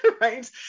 Right